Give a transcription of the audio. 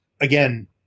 again